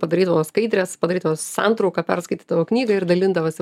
padarydavo skaidres padarydavo santrauką perskaitydavo knygą ir dalindavosi